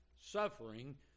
suffering